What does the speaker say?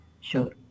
sure